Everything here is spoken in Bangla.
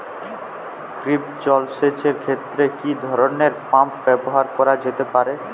কূপ জলসেচ এর ক্ষেত্রে কি ধরনের পাম্প ব্যবহার করা যেতে পারে?